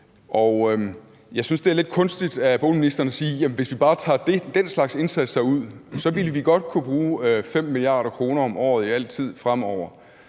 Jeg synes, det er lidt kunstigt af boligministeren at sige, at hvis vi bare tager den slags indsatser ud, så ville vi godt kunne bruge 5 mia. kr. om året altid fremover.